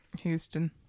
Houston